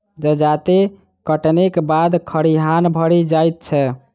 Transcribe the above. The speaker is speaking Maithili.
जजाति कटनीक बाद खरिहान भरि जाइत छै